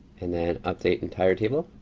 and then update entire table.